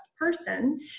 person